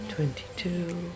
Twenty-two